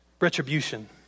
Retribution